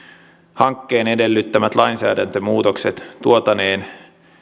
hankkeen edellyttämät lainsäädäntömuutokset tuotaneen